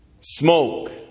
smoke